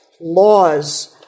laws